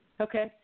Okay